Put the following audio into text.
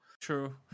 True